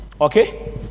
okay